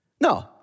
No